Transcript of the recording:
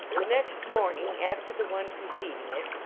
the next morning after the one preceding it,